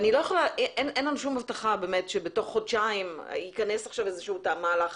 אין לנו שום הבטחה שבתוך חודשיים ייכנס איזשהו מהלך.